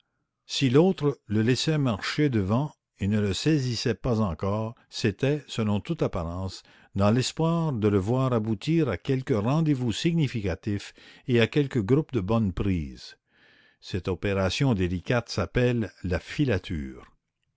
si l'autre le laissait marcher devant et ne le saisissait pas encore c'était selon toute apparence dans l'espoir de le voir aboutir à quelque rendez-vous significatif et à quelque groupe de bonne prise cette opération délicate s'appelle la filature